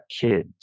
kids